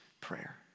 prayer